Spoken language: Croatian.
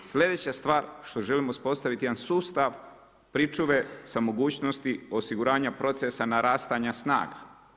Sljedeća stvar što želim uspostaviti, jedan sustav pričuve sa mogućnosti, osiguranja procesa narastanja snaga.